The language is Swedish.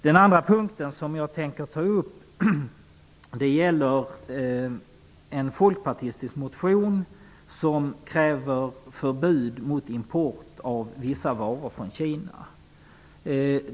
Den andra fråga som jag tänker ta upp gäller en folkpartistisk motion, där man kräver förbud mot import av vissa varor från Kina.